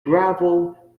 gravel